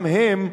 גם הם,